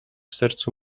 sercu